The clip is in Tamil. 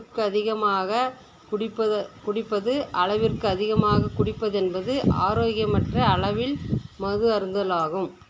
அளவுக்கு அதிகமாக குடிப்பது குடிப்பது அளவிற்கு அதிகமாக குடிப்பது என்பது ஆரோக்கியமற்ற அளவில் மது அருந்துதலாகும்